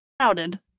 crowded